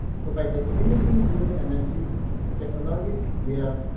so by disseminating renewable energy technologies, yeah